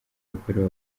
yakorewe